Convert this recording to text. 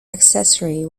accessory